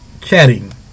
Chatting